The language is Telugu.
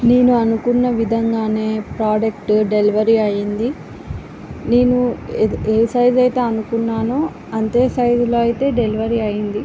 నేను అనుకున్న విధంగానే ప్రోడక్ట్ డెలివరీ అయింది నేను ఏ సైజ్ అయితే అనుకున్నానో అంతే సైజ్లో అయితే డెలివరీ అయింది